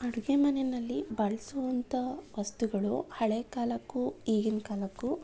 ಅಡುಗೆ ಮನೆಯಲ್ಲಿ ಬಳಸುವಂಥ ವಸ್ತುಗಳು ಹಳೆಯ ಕಾಲಕ್ಕೂ ಈಗಿನ ಕಾಲಕ್ಕೂ